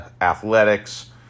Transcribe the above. Athletics